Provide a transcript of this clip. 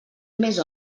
més